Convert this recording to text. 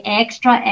extra